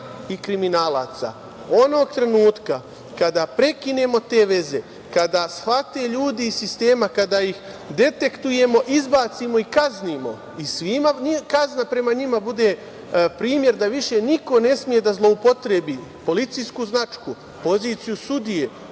i kriminalaca. Onog trenutka kada prekinemo te veze, kada shvate ljudi iz sistema, kada ih detektujemo, izbacimo i kaznimo i kazna prema njima bude primer svima da više niko ne sme da zloupotrebi policijsku značku, poziciju sudije,